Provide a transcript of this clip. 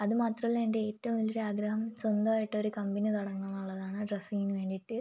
അത് മാത്രമല്ല എൻ്റെ ഏറ്റവും വലിയൊരാഗ്രഹം സ്വന്തമായിട്ടൊരു കമ്പിനി തുടങ്ങണം എന്നുള്ളതാണ് ഡ്രസ്സിംങ്ങിന് വേണ്ടിയിട്ട്